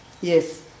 Yes